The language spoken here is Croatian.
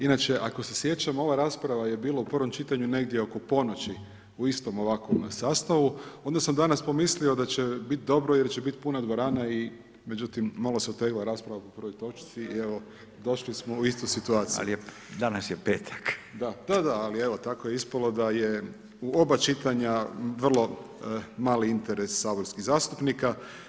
Inače ako se sjećam ova rasprava je bila u prvom čitanju negdje oko ponoći u istom ovakvom sastavu onda sam danas pomislio da će biti dobro jer će biti puna dvorana i međutim malo se otegla rasprava po prvoj točci i evo došli smo u istu situaciju [[Upadica Radin: Ali danas je petak.]] Da, da, ali evo tako je ispalo da je u oba čitanja vrlo mali interes saborskih zastupnika.